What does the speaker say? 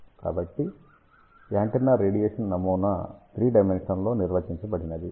కాబట్టి antenna radiation నమూనా three dimensional లో నిర్వచించబడినది